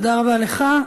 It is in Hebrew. תודה רבה לך.